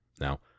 Now